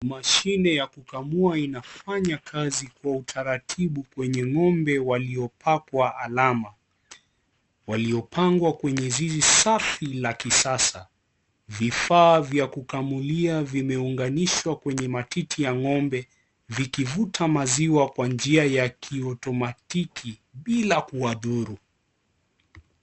Mashine ya kukamua inafaya kazi kwa utaratibu kwenye ng'ombe walio pakwa alama waliopangwa kwenye zizi safi la kisasa vifaa vya kukamilulia vimeunganishwa kwenye matiti ya ng'ombe vikivuta maziwa kwa njia ya kiotomatiki bila kuwadhuru.